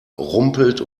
rumpelt